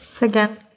again